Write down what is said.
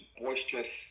boisterous